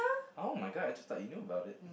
[oh]-my-god I just thought you know about it